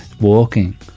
walking